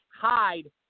hide